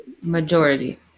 Majority